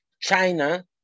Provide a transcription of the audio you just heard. China